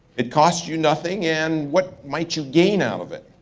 it costs you nothing. and what might you gain out of it?